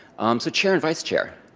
um so, chair and vice chair.